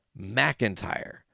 McIntyre